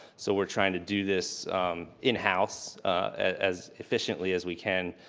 so we're trying to do this in house as efficiently as we can.